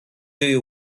you